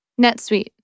NetSuite